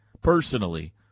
personally